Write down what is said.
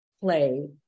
play